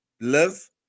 live